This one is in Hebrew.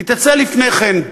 היא תצא לפני כן,